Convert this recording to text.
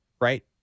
right